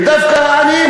ודווקא העניים,